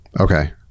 Okay